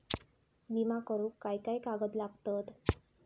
विमा करुक काय काय कागद लागतत?